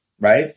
right